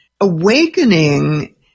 awakening